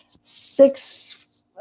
six